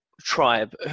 tribe